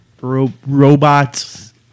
Robots